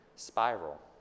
spiral